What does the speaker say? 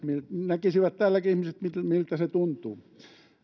näkisivät täälläkin ihmiset miltä se tuntuu